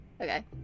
Okay